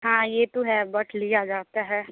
हाँ ये तो है बट लिया जाता है